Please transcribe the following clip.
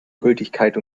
gültigkeit